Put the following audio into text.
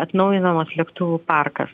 atnaujinamas lėktuvų parkas